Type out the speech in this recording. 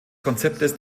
konzeptes